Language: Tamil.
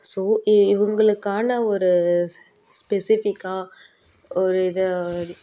ஸோ இவங்களுக்கான ஒரு ஸ்பெசிஃபிக்காக ஒரு இதை